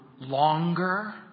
longer